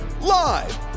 Live